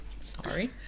Sorry